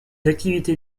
activités